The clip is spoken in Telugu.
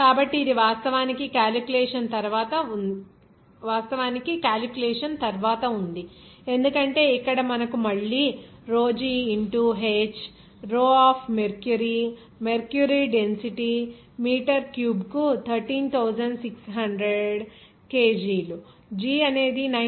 కాబట్టి ఇది వాస్తవానికి క్యాలిక్యులేషన్ తర్వాత ఉంది ఎందుకంటే ఇక్కడ మనకు మళ్ళీ rho g into h rho of mercury mercury density metre క్యూబ్కు 13600 kg లు g అనేది 9